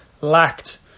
lacked